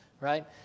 right